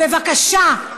בבקשה.